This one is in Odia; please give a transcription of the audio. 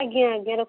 ଆଜ୍ଞା ଆଜ୍ଞା ରଖ